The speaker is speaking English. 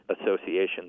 associations